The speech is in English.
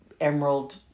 emerald